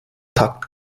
takt